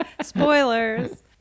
Spoilers